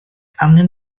arnyn